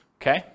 okay